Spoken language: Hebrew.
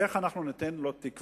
איך אנחנו ניתן לו תקווה,